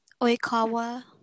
Oikawa